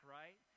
right